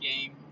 game